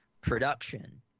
production